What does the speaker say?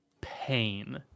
pain